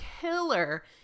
killer